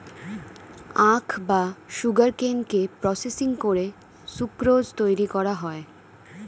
আখ বা সুগারকেনকে প্রসেসিং করে সুক্রোজ তৈরি করা হয়